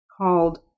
called